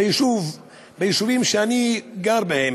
ביישובים שאני גר בהם,